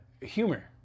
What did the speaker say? humor